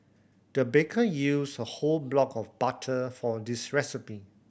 the baker used a whole block of butter for this recipe